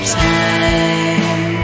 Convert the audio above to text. time